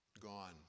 gone